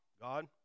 God